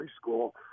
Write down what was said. School